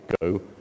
go